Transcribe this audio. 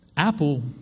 Apple